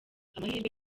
amahirwe